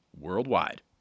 worldwide